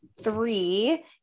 three